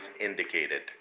indicated